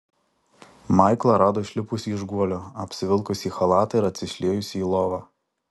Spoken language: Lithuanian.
maiklą rado išlipusį iš guolio apsivilkusį chalatą ir atsišliejusį į lovą